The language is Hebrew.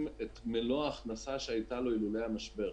את מלוא ההכנסה שהיתה לו אילולא המשבר.